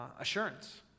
assurance